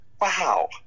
Wow